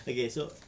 okay so